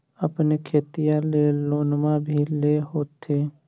अपने खेतिया ले लोनमा भी ले होत्थिन?